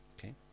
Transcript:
okay